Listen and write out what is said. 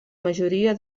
majoria